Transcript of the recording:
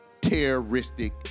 terroristic